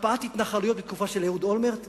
הקפאת התנחלויות בתקופה של אהוד אולמרט,